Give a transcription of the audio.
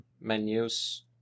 menus